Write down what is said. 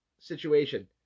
situation